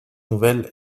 nouvelle